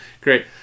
great